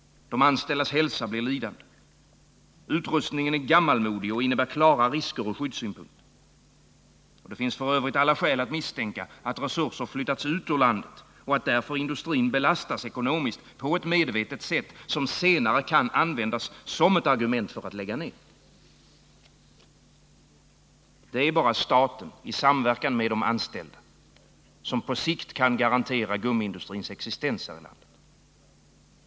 De anställdas hälsa blir lidande. Utrustningen är gammalmodig och innebär klara risker ur skyddssynpunkt. Det finns f. ö. alla skäl att misstänka att resurser flyttats ut ur landet och att därför industrin belastas ekonomiskt på ett medvetet sätt, som senare kan användas som argument för att lägga ner. Det är bara staten i samverkan med de anställda som på sikt kan garantera gummiindustrins existens här i landet.